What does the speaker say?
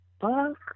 book